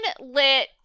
lit